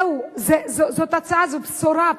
זהו, זאת ההצעה, זו בשורה.